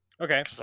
Okay